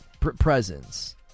presence